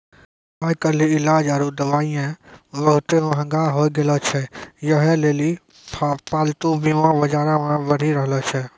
आइ काल्हि इलाज आरु दबाइयै बहुते मंहगा होय गैलो छै यहे लेली पालतू बीमा बजारो मे बढ़ि रहलो छै